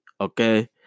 Okay